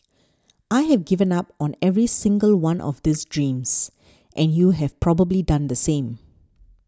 I have given up on every single one of these dreams and you have probably done the same